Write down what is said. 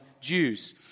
Jews